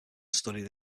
studied